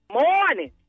morning